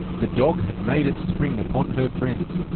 the dog had made its spring upon her friend.